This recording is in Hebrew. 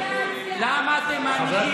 למה אתם מעניקים, פוליטיזציה.